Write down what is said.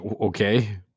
Okay